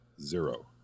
Zero